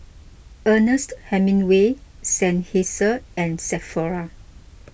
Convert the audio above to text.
Ernest Hemingway Seinheiser and Sephora